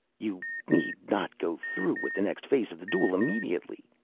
you need not go through with the next phase of the duel immediately,